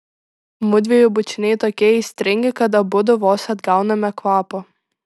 mudviejų bučiniai tokie aistringi kad abudu vos atgauname kvapą